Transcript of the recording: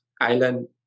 island